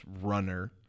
runner